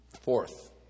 Fourth